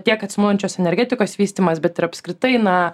tiek atsinaujinančios energetikos vystymas bet ir apskritai na